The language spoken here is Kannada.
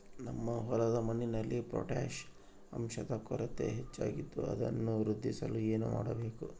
ನಮ್ಮ ಹೊಲದ ಮಣ್ಣಿನಲ್ಲಿ ಪೊಟ್ಯಾಷ್ ಅಂಶದ ಕೊರತೆ ಹೆಚ್ಚಾಗಿದ್ದು ಅದನ್ನು ವೃದ್ಧಿಸಲು ಏನು ಮಾಡಬೇಕು?